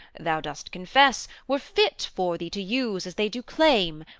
thou dost confess, were fit for thee to use, as they to claim,